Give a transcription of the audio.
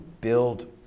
build